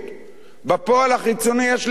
בפועל החיצוני יש לגיטימיות.